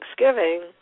Thanksgiving